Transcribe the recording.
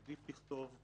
עדיף לכתוב,